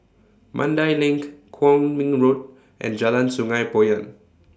Mandai LINK Kwong Min Road and Jalan Sungei Poyan